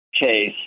case